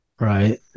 right